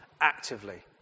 actively